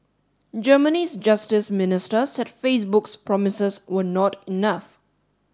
Germany's justice minister said Facebook's promises were not enough